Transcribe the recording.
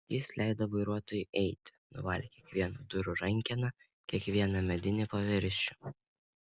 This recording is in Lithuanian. jis leido vairuotojui eiti nuvalė kiekvieną durų rankeną kiekvieną medinį paviršių